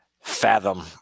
fathom